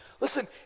listen